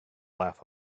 laugh